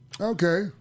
Okay